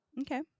Okay